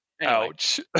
Ouch